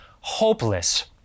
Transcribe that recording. hopeless